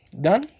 done